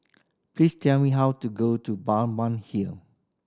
please tell me how to go to Balmeg Hill